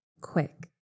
Quick